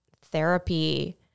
therapy